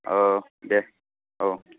औ दे औ